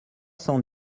cent